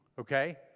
okay